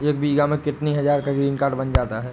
एक बीघा में कितनी हज़ार का ग्रीनकार्ड बन जाता है?